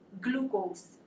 glucose